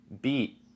beat